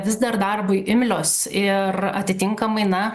vis dar darbui imlios ir atitinkamai na